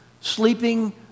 sleeping